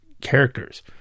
characters